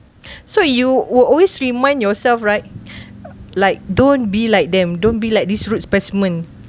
so you will always remind yourself right like don't be like them don't be like this rude specimen